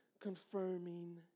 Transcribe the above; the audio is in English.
confirming